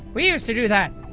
we used to do that.